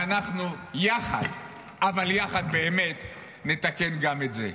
ואנחנו יחד, אבל יחד באמת, נתקן גם את זה.